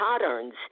patterns